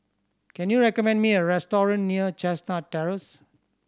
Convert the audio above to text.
can you recommend me a restaurant near Chestnut Terrace